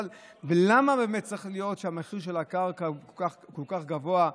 למה באמת המחיר של הקרקע צריך להיות כל כך גבוה?